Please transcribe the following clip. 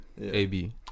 AB